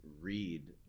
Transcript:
read